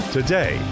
Today